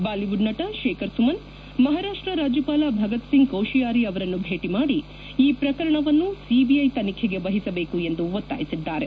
Bollywood ನಟ ಶೇಖರ್ ಸುಮನ್ ಮಹಾರಾಷ್ಷ ರಾಜ್ಯಪಾಲ ಭಗತ್ ಸಿಂಗ್ ಕೋಶಿಯಾರಿ ಅವರನ್ನು ಭೇಟಿ ಮಾಡಿ ಈ ಪ್ರಕರಣವನ್ನು ಸಿಬಿಐ ತನಿಖೆಗೆ ವಹಿಸಬೇಕು ಎಂದು ಒತ್ತಾಯಿಸಿದ್ದಾರೆ